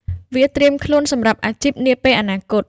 វាត្រៀមខ្លួនសម្រាប់អាជីពនាពេលអនាគត។